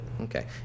Okay